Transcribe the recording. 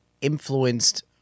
influenced